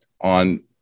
on